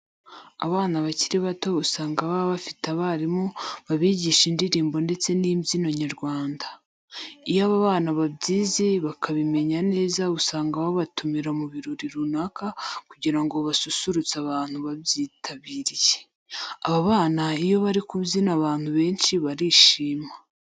Abana bakiri bato usanga baba bafite abarimu babigisha indirimbo ndetse n'imbyino nyarwanda. Iyo aba bana babyize bakabimenya neza usanga babatumira mu birori runaka kugira ngo basusurutse abantu babyitabiriye. Aba bana iyo bari kubyina abantu benshi barabyishimira.